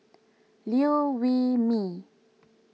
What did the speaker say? Liew Wee Mee